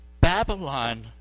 Babylon